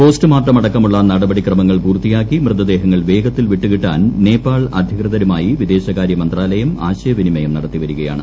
postmortem അടക്കമുള്ള നടപടിക്രമങ്ങൾ പൂർത്തിയാക്കി മൃതദേഹങ്ങൾ വേഗത്തിൽ വിട്ടുകിട്ടാൻ നേപ്പാൾ അധികൃതരുമായി വിദേശകാരൃ മന്ത്രാലയം ആശയവിനിമയം നടത്തിവരികയാണ്